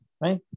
right